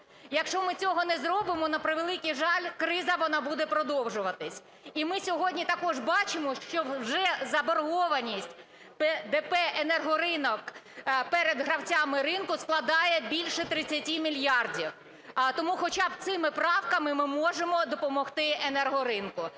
Якщо ми цього не зробимо, на превеликий жаль, криза вона буде продовжуватись. І ми сьогодні також бачимо, що вже заборгованість ДП "Енергоринок" перед гравцями ринку складає більше 30 мільярдів. Тому хоча б цими правками ми можемо допомогти енергоринку.